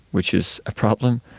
which is a problem,